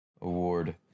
award